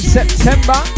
September